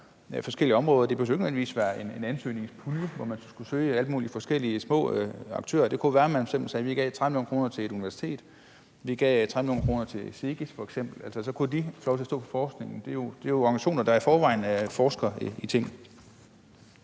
forskellige områder. Det behøver jo ikke nødvendigvis at være en ansøgningspulje, hvor alle mulige forskellige små aktører skulle søge, det kunne være, at man f.eks. sagde, man gav 30 mio. kr. til et universitet, man gav 30 mio. kr. til f.eks. SEGES, og så kunne de få lov til at stå for forskningen. Det er jo organisationer, der i forvejen forsker i ting.